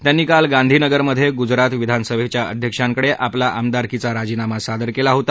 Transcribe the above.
त्यांनी काल गांधीनगरमध्य गुजरात विधानसभघ्या अध्यक्षांकड आपला आमदारकीचा राजीनामा सादर कला होता